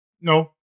No